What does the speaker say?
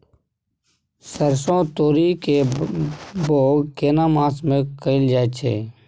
सरसो, तोरी के बौग केना मास में कैल जायत छै?